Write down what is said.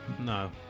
No